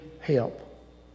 help